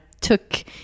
took